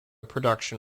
production